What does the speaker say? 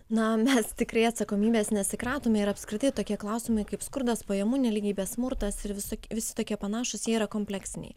na mes tikrai atsakomybės nesikratome ir apskritai tokie klausimai kaip skurdas pajamų nelygybė smurtas ir visokie visi tokie panašūs yra kompleksiniai